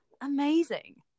Amazing